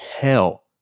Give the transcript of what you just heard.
hell